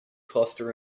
cluster